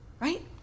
right